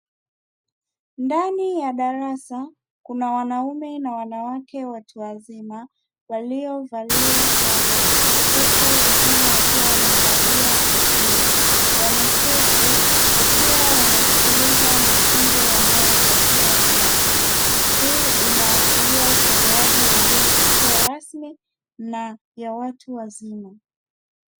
Ndani ya darasa kuna wanaume na wanawake watu wazima waliovalia sare, huku wengine wakiwa wamevalia kofia. Wameketi, wakiwa wanasikiliza mafunzo wanayopatiwa na mwalimu. Hii inaashiria utolewaji wa elimu isiyo rasmi na ya watu wazima.